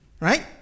right